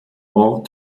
ort